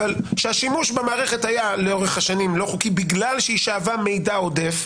אבל שהשימוש במערכת היה לאורך השנים לא חוקי בגלל שהיא שאבה מידע עודף,